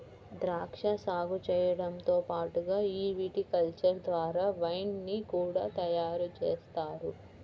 ద్రాక్షా సాగు చేయడంతో పాటుగా ఈ విటికల్చర్ ద్వారా వైన్ ని కూడా తయారుజేస్తారు